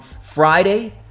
Friday